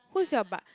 who's your bu~